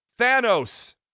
Thanos